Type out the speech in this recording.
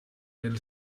pel